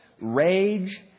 rage